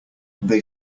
they